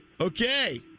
Okay